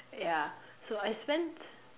ya so I spent